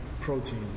protein